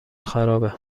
خرابه